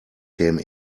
came